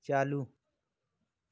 चालू